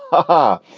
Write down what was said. huh?